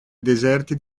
deserti